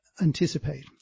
anticipate